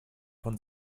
von